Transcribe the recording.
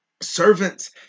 Servants